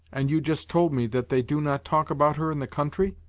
and you just told me that they do not talk about her in the country?